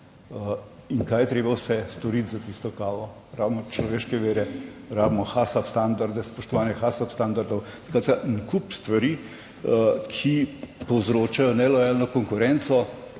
in kaj je treba vse storiti za tisto kavo? Rabimo človeške vire, rabimo HASAP standarde, spoštovanje HASAP standardov, skratka en kup stvari, ki povzročajo nelojalno konkurenco,